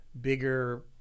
bigger